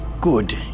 Good